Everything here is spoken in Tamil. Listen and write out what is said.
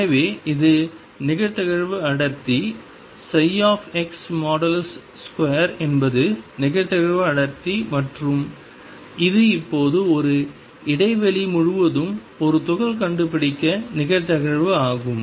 எனவே இது நிகழ்தகவு அடர்த்தி ψ2 என்பது நிகழ்தகவு அடர்த்தி மற்றும் இது இப்போது ஒரு இடைவெளி முழுவதும் ஒரு துகள் கண்டுபிடிக்க நிகழ்தகவு ஆகும்